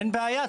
אין בעיה,